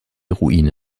ruine